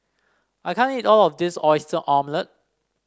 I can't eat all of this Oyster Omelette